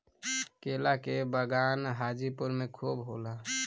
केला के बगान हाजीपुर में खूब होला